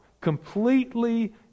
completely